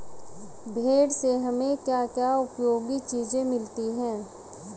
भेड़ से हमें क्या क्या उपयोगी चीजें मिलती हैं?